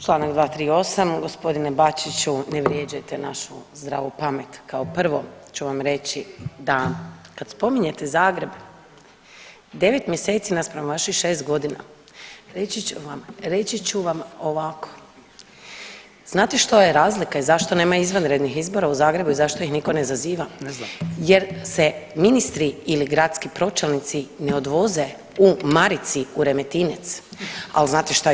Čl. 238, g. Bačiću, ne vrijeđajte našu zdravu pamet, kao prvo ću vam reći da kad spominjete Zagreb, 9 mjeseci naspram vaših 6 godina, reći ću vam ovako, znate što je razlika i zašto nema izvanrednih izbora u Zagrebu i zašto ih nitko ne zaziva? [[Upadica: Ne znam.]] Jer se ministri ili gradski pročelnici ne odvoze u marici u Remetinec, ali znate što još?